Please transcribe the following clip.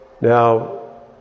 Now